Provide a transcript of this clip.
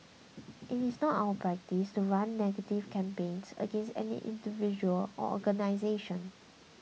it is not our practice to run negative campaigns against any individual or organisation